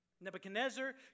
Nebuchadnezzar